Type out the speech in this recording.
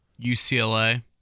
UCLA